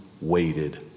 waited